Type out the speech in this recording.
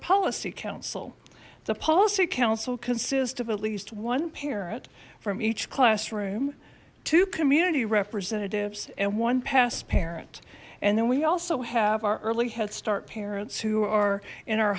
policy council the policy council consists of at least one parent from each classroom to community representatives and one pass parent and then we also have our early head start parents who are in our